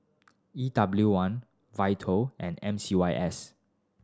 E W one Vital and M C Y S